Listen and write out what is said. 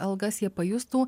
algas jie pajustų